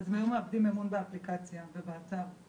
הם היו מאבדים אמון באפליקציה ובאתר.